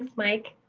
mike.